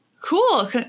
Cool